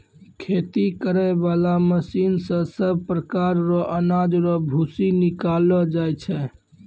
खेती करै बाला मशीन से सभ प्रकार रो अनाज रो भूसी निकालो जाय छै